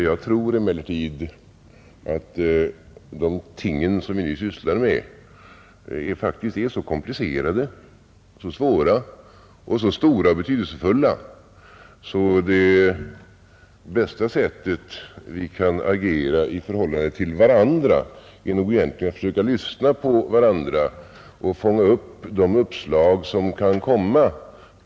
Jag tror emellertid att de ting som vi nu sysslar med faktiskt är så komplicerade, så svåra och så stora och betydelsefulla att det bästa sättet på vilket vi kan agera i förhållande till varandra är att försöka lyssna på varandra och fånga upp de uppslag som kan komma.